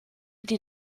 die